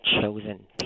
chosen